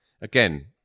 Again